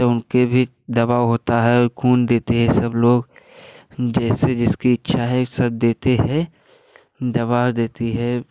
जो उनके भी दवा होता है खून देते हैं सब लोग जैसे जिसकी इच्छा है सब देते हैं दवा देते हैं